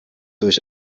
durch